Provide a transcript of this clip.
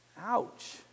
Ouch